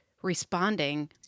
Responding